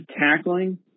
tackling